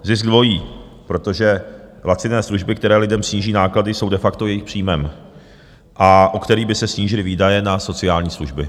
Zisk dvojí, protože laciné služby, které lidem sníží náklady, jsou de facto jejich příjmem, o který by se snížily výdaje na sociální služby.